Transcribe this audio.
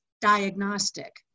diagnostic